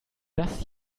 das